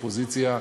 האופוזיציה,